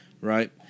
right